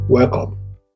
Welcome